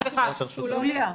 אפשר רגע?